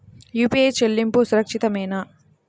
UPI చెల్లింపు సురక్షితమేనా?